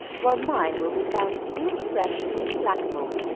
while mine will be found still fresh and implacable.